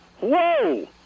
Whoa